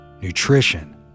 Nutrition